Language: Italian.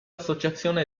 associazione